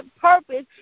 purpose